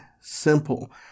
simple